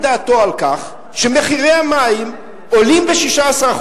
דעתו על כך שמחירי המים עולים ב-16%.